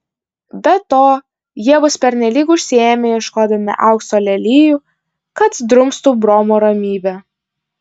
be to jie bus pernelyg užsiėmę ieškodami aukso lelijų kad drumstų bromo ramybę